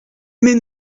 mais